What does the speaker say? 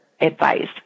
advice